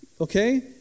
Okay